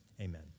amen